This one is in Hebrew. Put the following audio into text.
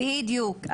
בדיוק.